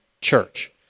church